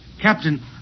Captain